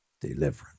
Deliverance